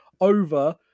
over